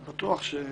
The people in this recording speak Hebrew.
כן.